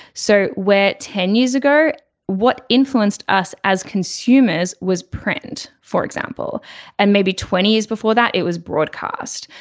so where ten years ago what influenced us as consumers was print for example and maybe twenty years before that it was broadcast.